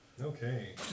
Okay